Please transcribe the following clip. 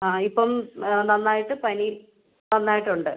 ആ ഇപ്പം നന്നായിട്ട് പനി നന്നായിട്ടുണ്ട്